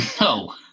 No